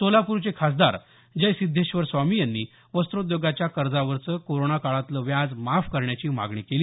सोलापूरचे खासदार जयसिद्धेश्वर स्वामी यांनी वस्रोद्योगाच्या कर्जावरचं कोरोना काळातलं व्याज माफ करण्याची मागणी केली